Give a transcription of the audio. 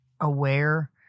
aware